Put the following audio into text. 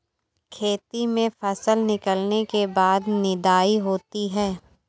खेती में फसल निकलने के बाद निदाई होती हैं?